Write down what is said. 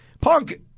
punk